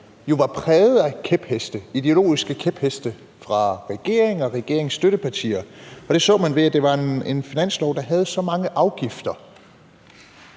jo var præget af ideologiske kæpheste fra regeringen og regeringens støttepartier. Og det så man ved, at det var en finanslov, der havde så mange afgifter,